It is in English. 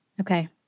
Okay